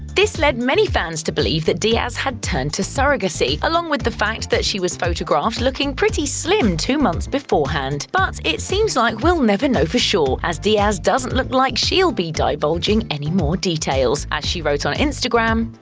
this led many fans to believe that diaz had turned to surrogacy, along with the fact that she was photographed looking pretty slim two months beforehand. but it seems like we'll never know for sure, as diaz doesn't look like she'll be divulging any more details. as she wrote on instagram,